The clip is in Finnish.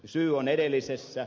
syy on edellisessä